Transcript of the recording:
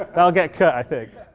ah that'll get cut i think.